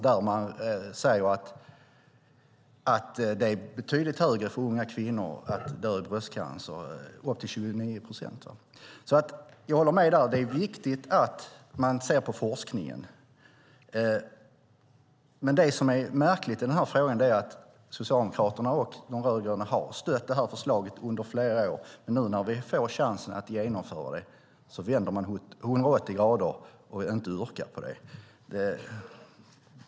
Där säger man att det är betydligt högre risk för unga kvinnor att dö i bröstcancer, upp till 29 procent. Jag håller med dig om att det är viktigt att man ser på forskningen. Det som är märkligt i den här frågan är att Socialdemokraterna och de rödgröna har stött förslaget under flera år. Men nu när vi får chansen att genomföra det vänder man 180 grader och yrkar inte på det.